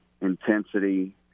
intensity